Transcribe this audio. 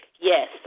yes